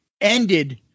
ended